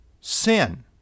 sin